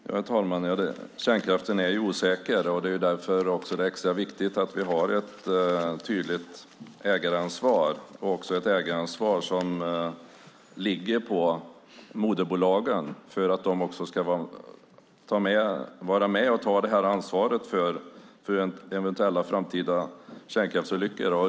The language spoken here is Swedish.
Herr talman! Kärnkraften är osäker, och det är också därför som det är extra viktigt att vi har ett tydligt ägaransvar som även ligger på moderbolagen för att de också ska vara med och ta ansvar för eventuella framtida kärnkraftsolyckor.